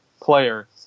player